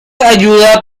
ayuda